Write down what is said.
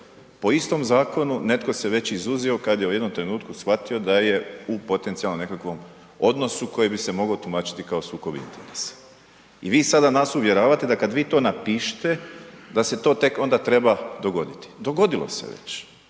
Po istom zakonu netko se već izuzeo kad je u jednom trenutku shvatio da je u potencijalnom nekakvom odnosu koji bi se mogao tumačiti kao sukob interesa. I vi sada nas uvjeravate da kada vi to napišete da se to tek onda treba dogoditi. Dogodilo se već